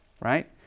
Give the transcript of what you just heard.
right